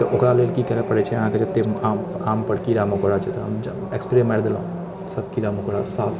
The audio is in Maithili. तऽ ओकरालेल की करै पड़ैत छै अहाँकेँ जते आम आम पर कीड़ा मकोड़ा छै तऽ आम पर स्प्रे मारि देलहुँ सभ कीड़ा मकोड़ा साफ